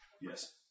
Yes